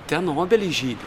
ten obelys žydi